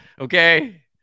okay